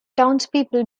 townspeople